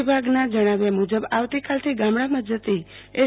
વિભાગના જણાવ્યા મુજબ આવતીકાલ થી ગામડામાં જતી એસ